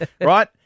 Right